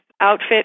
outfit